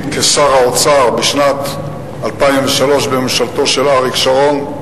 שר האוצר בשנת 2003 בממשלתו של אריק שרון,